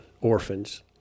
orphans